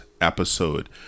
episode